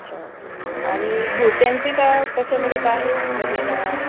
अच्छा ओके आणि कुर्त्यांची काय कसे म्हणजे काय म्हणजे न